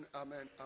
amen